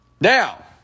Now